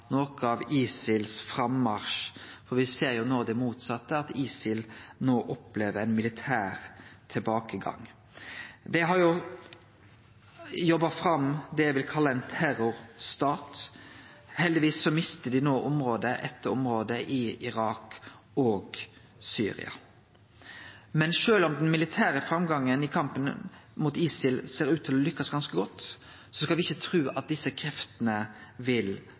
noko av ISILs frammarsj, og me ser no det motsette, at ISIL opplever ein militær tilbakegang. Dei har jobba fram det eg vil kalle ein terrorstat. Heldigvis mister dei no område etter område i Irak og Syria. Men sjølv om den militære framgangen i kampen mot ISIL ser ut til å lykkast ganske godt, skal me ikkje tru at desse kreftene vil